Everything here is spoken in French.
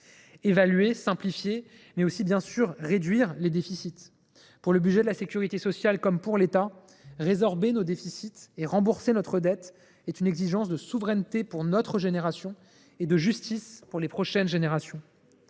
Évaluer, simplifier, mais aussi, et bien sûr, réduire les déficits : pour le budget de la sécurité sociale comme pour l’État, résorber nos déficits et rembourser notre dette est une exigence de souveraineté pour notre génération et de justice pour les prochaines générations.